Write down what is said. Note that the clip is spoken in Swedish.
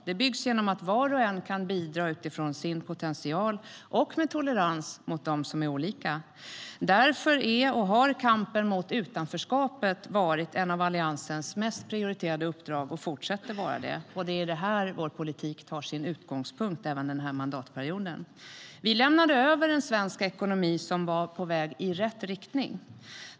Det byggs genom att var och en kan bidra utifrån sin potential och med tolerans mot dem som är olika. Därför har kampen mot utanförskapet varit, och är, en av Alliansens mest prioriterade uppdrag. Och det fortsätter att vara det. Det är i det vår politik tar sin utgångspunkt även den här mandatperioden. Vi lämnade över en svensk ekonomi som var på väg i rätt riktning.